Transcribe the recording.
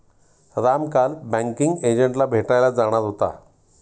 राम काल बँकिंग एजंटला भेटायला जाणार होता